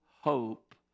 hope